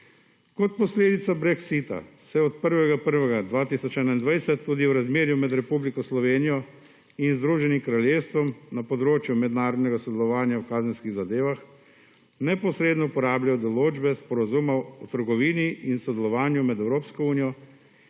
Kot posledica brexita se od 1. 1. 2021 tudi v razmerju med Republiko Slovenijo in Združenim kraljestvom, na področju mednarodnega sodelovanja v kazenskih zadevah, neposredno uporabljajo določbe sporazumov v trgovini in sodelovanju med Evropsko unijo